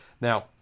Now